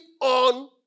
on